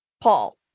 Paul